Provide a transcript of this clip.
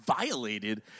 violated